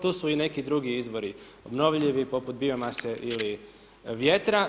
Tu su i neki drugi izvori, obnovljivi, poput bio mase ili vjetra.